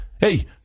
Hey